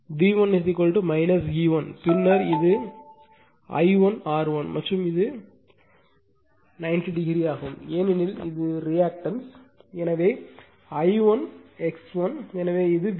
எனவே V1 E1 பின்னர் இது I1 R1 மற்றும் இது 90 டிகிரி ஆகும் ஏனெனில் இது ரியாக்டன்ஸ் எனவே I1 X1 எனவே இது V1